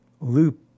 loop